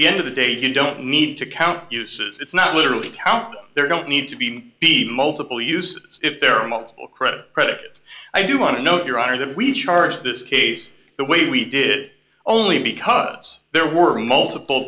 the end of the day you don't need to count uses it's not literally count there don't need to be the multiple uses if there are multiple credit or credit i do want to note your honor that we charge this case the way we did only because there were multiple